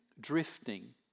drifting